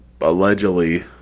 allegedly